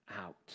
out